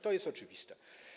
To jest oczywiste.